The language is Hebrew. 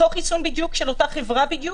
אותו חיסון בדיוק של אותה חברה בדיוק,